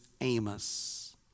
Amos